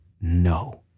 no